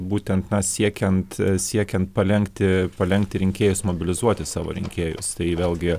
būtent siekiant siekiant palenkti palenkti rinkėjus mobilizuoti savo rinkėjus tai vėlgi